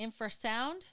infrasound